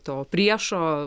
to priešo